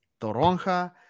toronja